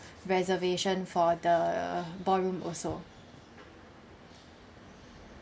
reservation for the ballroom also